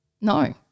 No